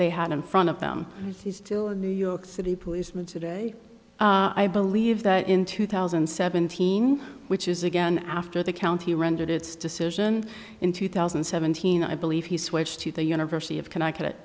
they had in front of them still in new york city policeman today i believe that in two thousand and seventeen which is again after the county rendered its decision in two thousand and seventeen i believe he switched to the university of connecticut